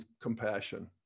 compassion